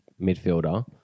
midfielder